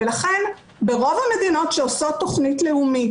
ולכן ברוב המדינות שעושות תכנית לאומית,